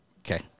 Okay